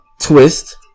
twist